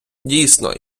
дійсно